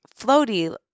floaty